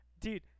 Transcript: dude